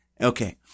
Okay